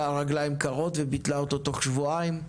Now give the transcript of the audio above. רגליים קרות וביטלה אותו בתוך שבועיים.